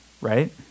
Right